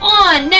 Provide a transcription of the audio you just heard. on